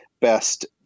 best